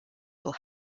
will